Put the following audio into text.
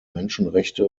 menschenrechte